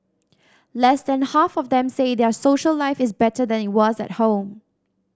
less than half of them say their social life is better than it was at home